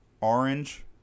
Orange